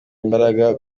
imbaraga